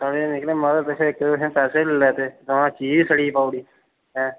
सड़े दे निकले माराज इक तुसें पैसे लेई लैते सगुआं चीज बी सड़ी दी पाई ओड़ी ऐं